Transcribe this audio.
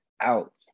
out